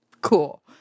Cool